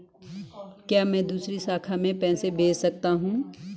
क्या मैं दूसरी शाखा में पैसे भेज सकता हूँ?